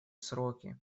сроки